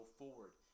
forward